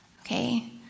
Okay